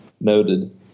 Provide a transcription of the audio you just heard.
noted